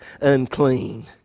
Unclean